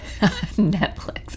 Netflix